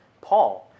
Paul